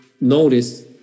notice